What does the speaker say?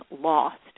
Lost